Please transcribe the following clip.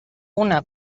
una